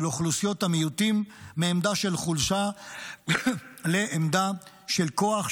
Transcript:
אוכלוסיות המיעוטים מעמדה של חולשה לעמדה של כוח,